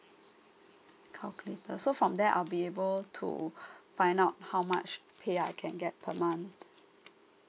calculator so from there I'll be able to find out how much pay I can get per month